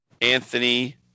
Anthony